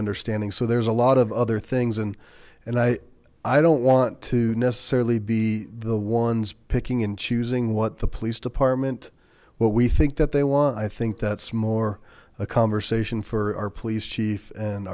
understanding so there's a lot of other things and and i i don't want to necessarily be the ones picking and choosing what the police department what we think that they want i think that's more a conversation for our police chief and